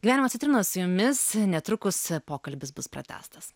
gyvenimo citrinos su jumis netrukus pokalbis bus pratęstas